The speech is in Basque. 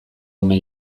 ume